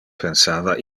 pensava